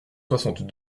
soixante